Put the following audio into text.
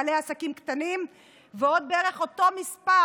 בעלי עסקים קטנים ועוד בערך אותו מספר